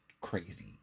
crazy